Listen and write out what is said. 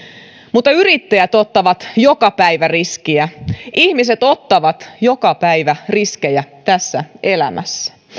mutta yrittäjät ottavat joka päivä riskiä ihmiset ottavat joka päivä riskejä tässä elämässä